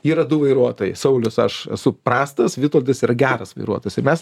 yra du vairuotojai saulius aš esu prastas vitoldas yra geras vairuotojas ir mes